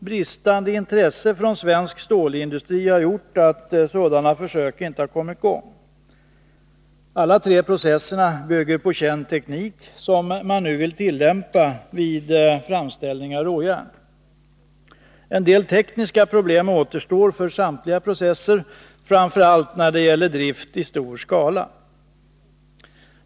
Bristande intresse från svensk stålindustri har gjort att sådana försök inte kommit i gång. Alla tre processerna bygger på känd teknik, som man nu vill tillämpa vid framställning av råjärn. En del tekniska problem återstår för samtliga processer, framför allt när det gäller drift i stor skala.